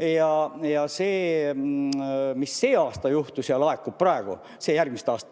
Ja see, mis sel aastal juhtus ja laekub praegu, järgmist aastat